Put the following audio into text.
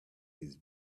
his